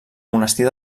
monestir